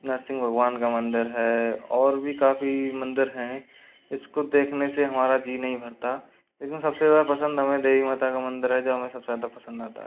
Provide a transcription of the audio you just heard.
नरसिंह भगवान का मंदिर है और भी काफ़ी मंदिर हैं जिसको देखने से हमारा जी नहीं भरता लेकिन सबसे ज़्यादा पसंद हमें देवी माता का मंदिर है जो हमें सबसे ज़्यादा पसंद आता है